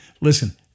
Listen